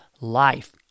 life